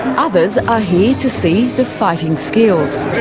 others are here to see the fighting skills.